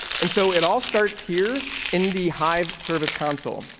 and so it all starts here in the hive service council.